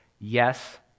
yes